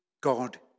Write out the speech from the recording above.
God